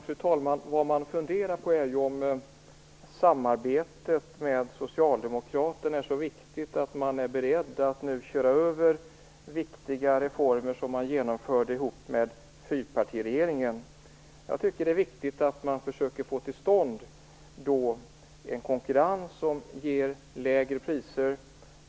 Fru talman! Vad man funderar på är ju om samarbetet med Socialdemokraterna är så viktigt att man nu är beredd att köra över viktiga reformer som man genomförde ihop med fyrpartiregeringen. Jag tycker att det är viktigt att man försöker få till stånd en konkurrens som ger lägre priser.